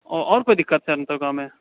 अऽ आओर कोइ दिक्कत छै तऽ गांवमे